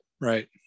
right